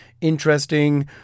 interesting